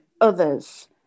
others